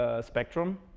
spectrum